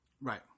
Right